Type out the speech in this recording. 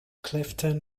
clifton